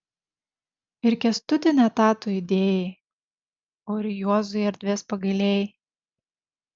ir kęstutį ne tą tu įdėjai o ir juozui erdvės pagailėjai